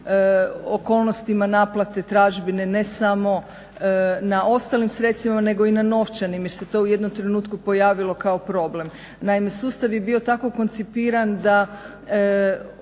okolnostima naplate tražbine, ne samo na ostalim sredstvima nego i na novčanim jer se to u jednom trenutku pojavilo kao problem. Naime, sustav je bio tako koncipiran da